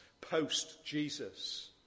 post-Jesus